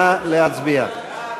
נא להצביע.